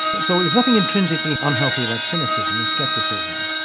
so there's nothing intrinsically unhealthy about cynicism and scepticism,